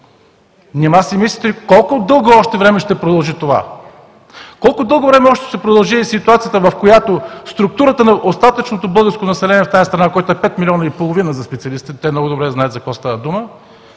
Нима си мислите колко дълго време още ще продължи това? Колко дълго време още ще продължи и ситуацията, в която структурата на остатъчното българско население в тази страна, която е 5,5 милиона, за специалистите, те много добре знаят за какво става дума